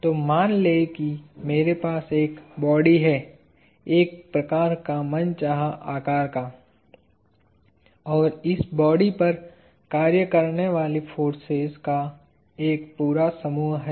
तो मान लें कि मेरे पास एक बॉडी है एक प्रकार का मनचाहा आकार का और इस बॉडी पर कार्य करने वाली फोर्सेज का एक पूरा समूह है